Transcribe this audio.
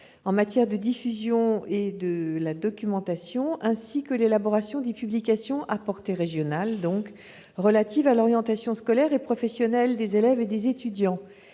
en matière de diffusion de la documentation, ainsi que d'élaboration des publications à portée régionale relatives à l'orientation scolaire et professionnelle des élèves et des étudiants.